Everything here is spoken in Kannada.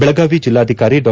ಬೆಳಗಾವಿ ಜಿಲ್ಲಾಧಿಕಾರಿ ಡಾ